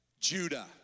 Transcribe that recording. Judah